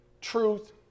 truth